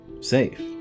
safe